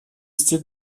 style